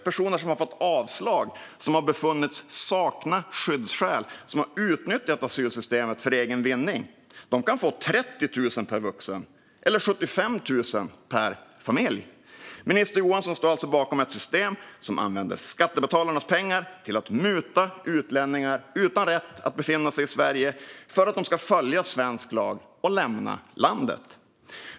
Personer som har fått avslag, som har befunnits sakna skyddsskäl och som har utnyttjat asylsystemet för egen vinning kan få 30 000 per vuxen eller 75 000 per familj. Minister Johansson står alltså bakom ett system som använder skattebetalarnas pengar till att muta utlänningar utan rätt att befinna sig i Sverige för att de ska följa svensk lag och lämna landet.